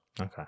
Okay